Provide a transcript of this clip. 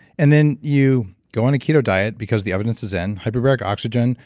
and then, you go on a keto diet because the evidence is in. hyperbaric oxygen,